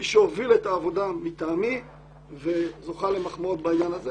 מי שהוביל את העבודה מטעמי וזוכה למחמאות בעניין הזה,